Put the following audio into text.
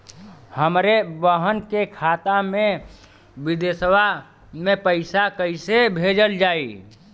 हमरे बहन के खाता मे विदेशवा मे पैसा कई से भेजल जाई?